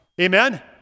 Amen